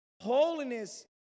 Holiness